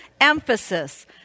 Emphasis